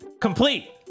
complete